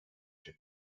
się